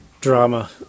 drama